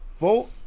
Vote